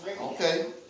Okay